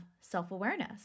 self-awareness